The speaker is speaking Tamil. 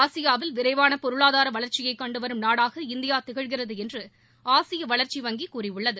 ஆசியாவில் விரைவான பொருளாதார வளர்ச்சியை கண்டுவரும் நாடாக இந்தியா திகழ்கிறது என்று ஆசிய வளர்ச்சி வங்கி கூறியுள்ளது